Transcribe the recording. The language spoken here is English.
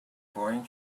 boring